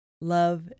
love